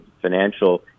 financial